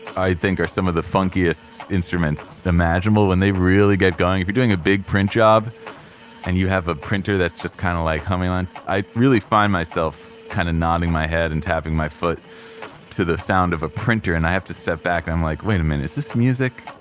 i think, are some of the funkiest instruments imaginable when they really get going. if you're doing a big print job and you have a printer that's just kind of like humming on. i really find myself kind of nodding my head and tapping my foot to the sound of a printer and i have to step back and i'm like, wait a minute. is this music?